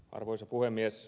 arvoisa puhemies